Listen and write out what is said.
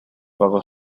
bajo